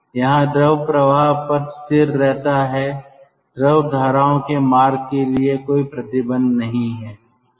यहां द्रव प्रवाह पथ स्थिर रहता है द्रव धाराओं के मार्ग के लिए कोई प्रतिबंध नहीं है